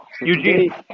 Eugene